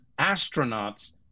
astronauts